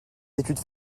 études